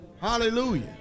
Hallelujah